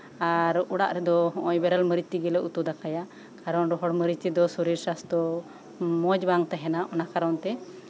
ᱟᱨ ᱚᱲᱟᱜ ᱨᱮᱫᱚ ᱦᱚᱸᱜᱼᱚᱭ ᱵᱮᱨᱮᱞ ᱢᱟᱨᱤᱪ ᱛᱮᱜᱮᱞᱮ ᱩᱛᱩ ᱫᱟᱠᱟᱭᱟ ᱠᱟᱨᱚᱱ ᱨᱚᱦᱚᱲ ᱢᱟᱨᱤᱪ ᱛᱮᱫᱚ ᱥᱚᱨᱤᱨ ᱥᱟᱥᱛᱷᱚ ᱢᱚᱸᱡᱽ ᱵᱟᱝ ᱛᱟᱦᱮᱱᱟ ᱚᱱᱟ ᱠᱟᱨᱚᱱ ᱛᱮ